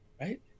right